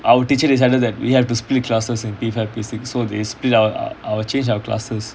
our teacher decided that we have to split classes in P five P six so they split our our change our classes